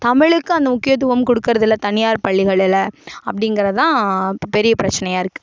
தமிழுக்கு அந்த முக்கியத்துவம் கொடுக்கிறதில்ல தனியார் பள்ளிகளில் அப்படிங்கிறதான் இப்போ பெரிய பிரச்சனையாக இருக்குது